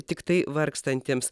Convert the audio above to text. tiktai vargstantiems